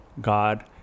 God